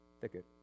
thicket